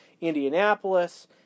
Indianapolis